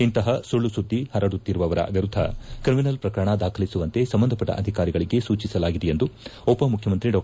ಇಂತಹ ಸುಳ್ಳು ಸುದ್ದಿ ಪರಡುತ್ತಿರುವವರ ವಿರುದ್ದ ಕ್ರಿಮಿನಲ್ ಶ್ರಕರಣ ದಾಖಲಿಸುವಂತೆ ಸಂಬಂಧಪಟ್ಟ ಅಧಿಕಾರಿಗಳಿಗೆ ಸೂಚಿಸಲಾಗಿದೆ ಎಂದು ಉಪಮುಖ್ಯಮಂತ್ರಿ ಡಾ